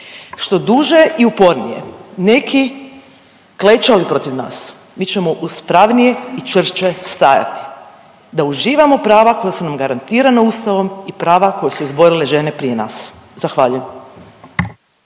što duže i upornije neki klečali protiv nas mi ćemo uspravnije i čvršće stajati da uživamo prava koja su nam garantirana Ustavom i prava koje su izborile žene prije nas. Zahvaljujem.